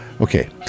okay